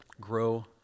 grow